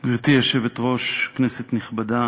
היושבת-ראש, כנסת נכבדה,